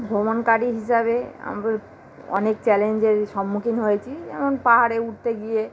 ভ্রমণকারী হিসাবে আমর অনেক চ্যালেঞ্জেরই সম্মুখীন হয়েছি যেমন পাহাড়ে উঠতে গিয়ে